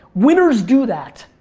winners do that.